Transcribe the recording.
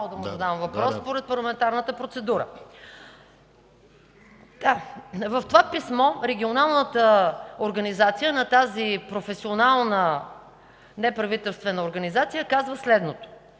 да му задам въпрос според парламентарната процедура. В това писмо регионалната организация на тази професионална неправителствена организация казва следното: